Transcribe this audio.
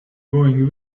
going